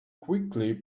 quickly